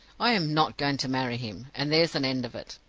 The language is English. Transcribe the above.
i am not going to marry him, and there's an end of it.